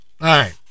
right